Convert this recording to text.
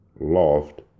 loved